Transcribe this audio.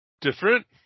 different